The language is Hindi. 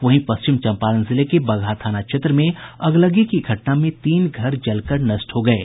वहीं पश्चिम चम्पारण जिले के बगहा थाना क्षेत्र में अगलगी की घटना में तीन घर जलकर नष्ट हो गये